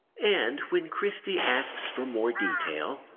and when kristi asks for more detail,